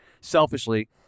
selfishly